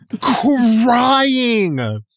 crying